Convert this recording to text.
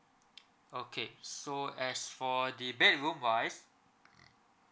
okay so as for the bedroom wise